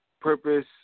Purpose